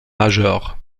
major